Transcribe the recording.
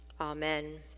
amen